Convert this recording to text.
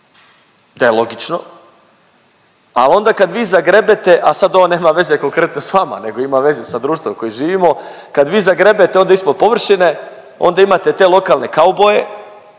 da je logično, al onda kad vi zagrebete, a sad ovo nema veze konkretno s vama nego ima veze sa društvom u kojem živimo, kad vi zagrebete onda ispod površine onda imate te lokalne kauboje,